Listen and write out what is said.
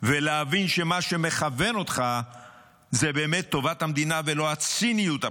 ולהבין שמה שמכוון אותך זה באמת טובת המדינה ולא הציניות הפוליטית.